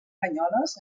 banyoles